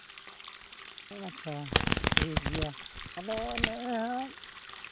ᱚ ᱟᱪᱪᱷᱟ ᱴᱷᱤᱠᱜᱮᱭᱟ ᱟᱫᱚ ᱱᱮᱜᱼᱮ